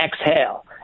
exhale